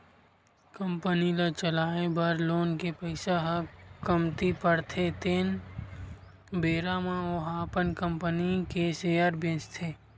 company ल चलाए बर लोन के पइसा ह कमती परथे तेन बेरा म ओहा अपन कंपनी के सेयर बेंचथे